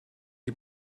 die